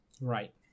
right